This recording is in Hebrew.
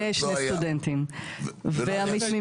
שני סטודנטים ועמית ממשק.